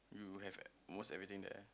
we will have almost everything there